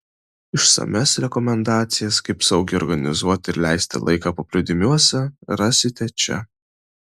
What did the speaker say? išsamias rekomendacijas kaip saugiai organizuoti ir leisti laiką paplūdimiuose rasite čia